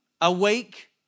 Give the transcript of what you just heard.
Awake